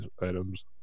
items